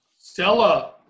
Stella